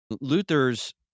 Luther's